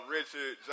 Richard